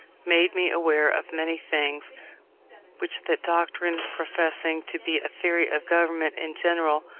made me aware of many things which that doctrine, professing to be a theory of government in general,